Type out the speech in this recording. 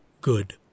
good